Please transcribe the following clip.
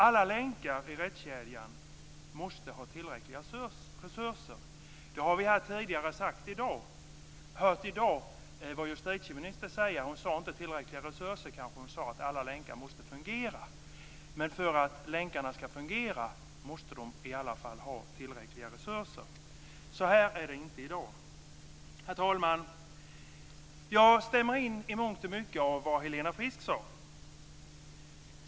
Alla länkar i rättskedjan måste ha tillräckliga resurser. Vi har tidigare i dag hört vad justitieministern hade att säga. Hon sade inte något om tillräckliga resurser, men hon sade att alla länkar måste fungera. Men för att länkarna ska fungera måste de ha tillräckliga resurser. Så är det inte i dag. Herr talman! Jag instämmer i mångt och mycket av vad Helena Frisk sade.